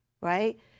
Right